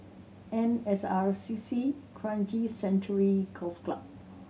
N S R C C Kranji Sanctuary Golf Club